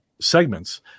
segments